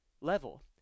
level